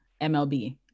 MLB